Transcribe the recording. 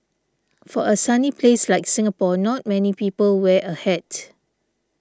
for a sunny place like Singapore not many people wear a hat